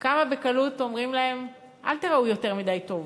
כמה בקלות אומרים להן: אל תיראו יותר מדי טוב,